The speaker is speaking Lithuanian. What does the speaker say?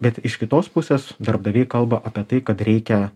bet iš kitos pusės darbdaviai kalba apie tai kad reikia